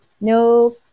no